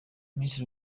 miss